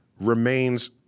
remains